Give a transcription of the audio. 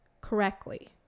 correctly